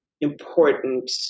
important